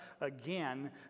again